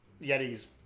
Yeti's